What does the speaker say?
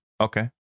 Okay